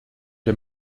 der